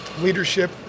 leadership